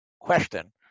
question